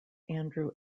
andrew